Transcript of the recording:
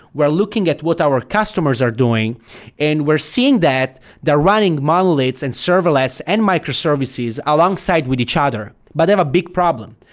we're looking at what our customers are doing and we're seeing that they're running monoliths and serverless and microservices alongside with each other, but they have a big problem.